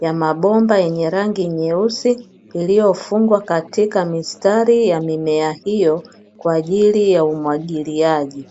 ya mabomba yenye rangi nyeusi, iliyofungwa katika mistari ya mimea hiyo kwa ajili ya umwagiliaji.